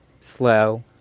slow